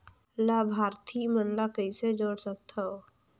लाभार्थी मन ल कइसे जोड़ सकथव?